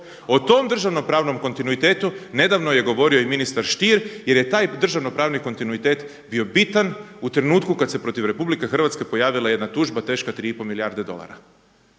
O tom državnopravnom kontinuitetu nedavno je govorio i ministar Sthier, jer je taj državnopravni kontinuitet bio bitan u trenutku kad se protiv Republike Hrvatske pojavila jedna tužba teška 3 i pol milijarde dolara.